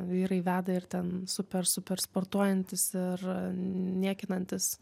vyrai veda ir ten super super sportuojantys ir niekinantys